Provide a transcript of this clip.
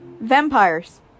Vampires